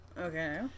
Okay